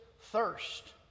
thirst